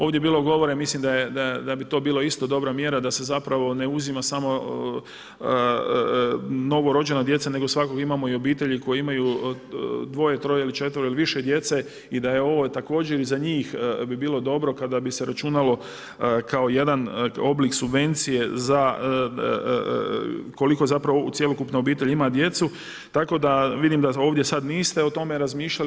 Ovdje je bilo govora i mislim da bi to bila isto dobra mjera da se zapravo ne uzima samo novo rođena djeca nego svakako imamo i obitelji koje imaju dvoje, troje ili četvero ili više djece i da je ovo također i za njih bi bilo dobro kada bi se računalo kako jedan oblik subvencije za koliko zapravo cjelokupna obitelj ima djece, tako da vidim da ovdje sad niste o tome razmišljali.